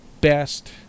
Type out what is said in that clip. best